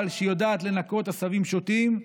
אבל כשהיא יודעת לנקות עשבים שוטים,